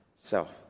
self